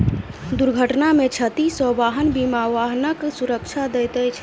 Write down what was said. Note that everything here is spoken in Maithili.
दुर्घटना में क्षति सॅ वाहन बीमा वाहनक सुरक्षा दैत अछि